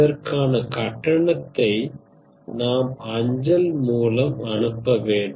அதற்கான கட்டணத்தை நாம் அஞ்சல் மூலம் அனுப்ப வேண்டும்